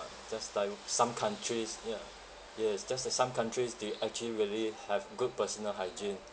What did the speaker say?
just like some countries ya yes just like some countries they actually really have good personal hygiene